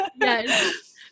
yes